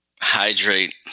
hydrate